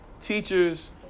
teachers